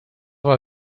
war